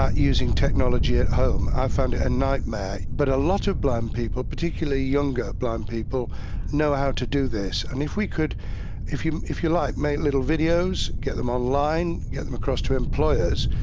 ah using technology at home i've found it a nightmare! but a lot of blind people, particularly younger blind people know how to do this. and if we could if you. if you like make little videos, get them online and get them across to employers.